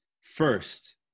first